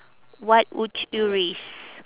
what would you risk